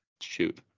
Shoot